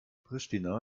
pristina